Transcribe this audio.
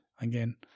again